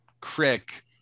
crick